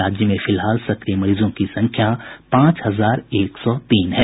राज्य में फिलहाल सक्रिय मरीजों की संख्या पांच हजार एक सौ तीन है